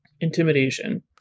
intimidation